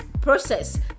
process